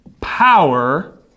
power